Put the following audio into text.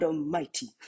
Almighty